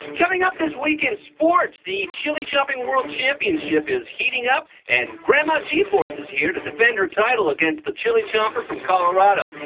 coming up this week in sports, the chili chopping world championship is heating up, and grandma g-force is here to defend her title against the chili-chomper from colorado.